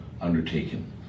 undertaken